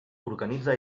organitza